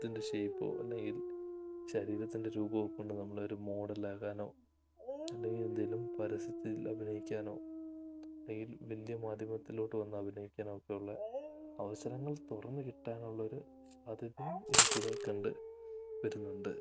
ത്തിൻ്റെ ഷേപ്പോ അല്ലെങ്കിൽ ശരീരത്തിൻ്റെ രൂപമോ കൊണ്ട് നമ്മളൊരു മോഡലാകാനോ അല്ലെങ്കിൽ എന്തേലും പരസ്യത്തിലഭിനയിക്കാനോ അല്ലെങ്കിൽ വലിയ മാധ്യമത്തിലോട്ട് വന്ന് അഭിനയിക്കാനോ ഒക്കെ ഉള്ള അവസരങ്ങൾ തുറന്ന് കിട്ടാനുള്ള ഒരു അതിനും ഇതിൽകൂടെ കണ്ട് വരുന്നുണ്ട്